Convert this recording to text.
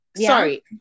sorry